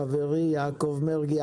חברי יעקב מרגי.